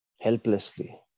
helplessly